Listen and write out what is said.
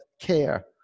care